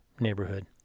neighborhood